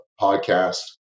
podcast